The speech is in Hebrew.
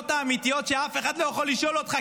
השאלות האמיתיות שאף אחד לא יכול לשאול אותך,